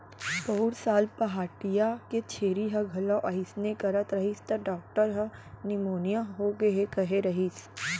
पउर साल पहाटिया के छेरी ह घलौ अइसने करत रहिस त डॉक्टर ह निमोनिया होगे हे कहे रहिस